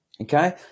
Okay